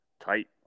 Tight